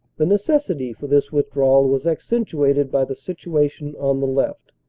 the necessity for this withdrawal was accentuated by the situ ation on the left.